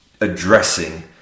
addressing